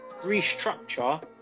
restructure